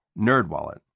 NerdWallet